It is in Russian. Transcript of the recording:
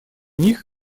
них